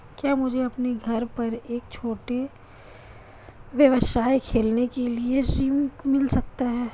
क्या मुझे अपने घर पर एक छोटा व्यवसाय खोलने के लिए ऋण मिल सकता है?